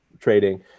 trading